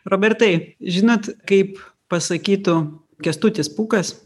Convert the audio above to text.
robertai žinot kaip pasakytų kęstutis pūkas